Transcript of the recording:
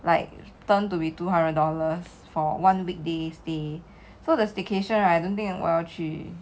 like turn to be two hundred dollars for one weekday stay so the staycation right I don't think 我要去